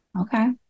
okay